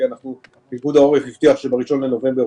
כי פיקוד העורף הבטיח שב-1 לנובמבר,